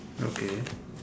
okay